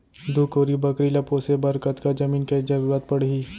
दू कोरी बकरी ला पोसे बर कतका जमीन के जरूरत पढही?